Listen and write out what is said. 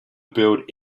build